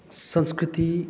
संस्कृति